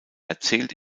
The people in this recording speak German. erzählt